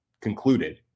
concluded